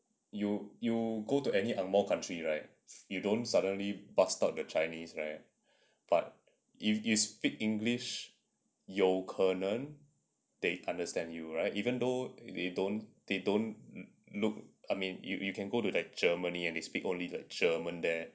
you you go to any angmoh country right you don't suddenly bust out the chinese right but if you speak english 有可能 they understand you right even though they don't they don't look I mean you you can go to like germany and they speak only the german there